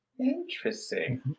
Interesting